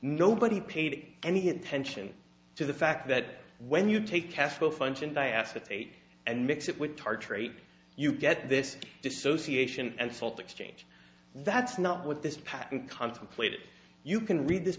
nobody paid any attention to the fact that when you take castle function by acetate and mix it with tartrate you get this dissociation and salt exchange that's not with this patent contemplated you can read this